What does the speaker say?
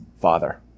father